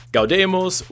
Gaudemus